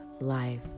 life